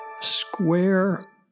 Square